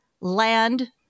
land